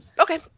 Okay